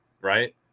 Right